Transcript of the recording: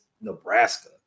Nebraska